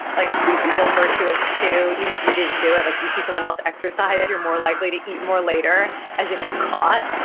like you feel virtuous too even if you didn't do it. like if you see someone else exercise you're more likely to eat more later as if you caught.